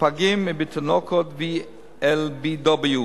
בפגים ובתינוקות VLBW,